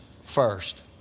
first